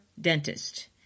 dentist